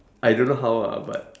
I don't know how ah but